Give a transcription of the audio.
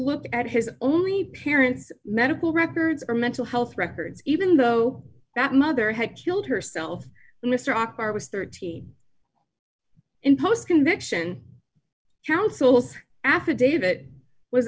look at his only parents medical records or mental health records even though that mother had killed herself mr akbar was thirteen in post conviction counsels affidavit was